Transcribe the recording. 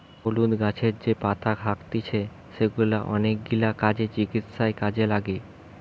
হলুদ গাছের যে পাতা থাকতিছে সেগুলা অনেকগিলা কাজে, চিকিৎসায় কাজে লাগে